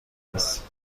است